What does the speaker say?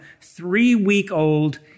three-week-old